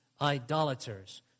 idolaters